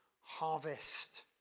harvest